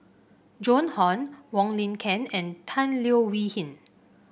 Joan Hon Wong Lin Ken and Tan Leo Wee Hin